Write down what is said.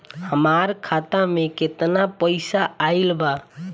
हमार खाता मे केतना पईसा आइल बा?